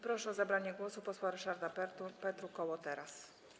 Proszę o zabranie głosu posła Ryszarda Petru, koło Teraz!